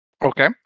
Okay